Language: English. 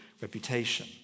reputation